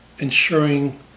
ensuring